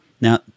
Now